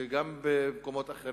וגם במקומות אחרים.